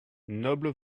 noble